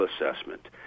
assessment